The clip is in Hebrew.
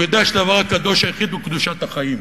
הוא יודע שהדבר הקדוש היחיד הוא קדושת החיים.